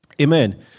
Amen